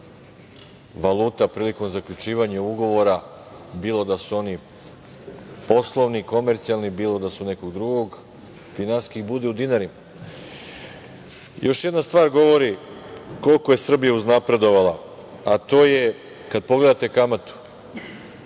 valuta prilikom zaključivanja ugovora, bilo da su oni poslovni, komercijalni, bilo da su nekog drugog finansijskog, bude u dinarima. Još jedna stvar govori koliko je Srbija uznapredovala, a to je kada pogledate kamatu.